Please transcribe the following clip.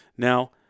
Now